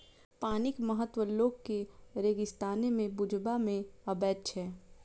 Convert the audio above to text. पानिक महत्व लोक के रेगिस्ताने मे बुझबा मे अबैत छै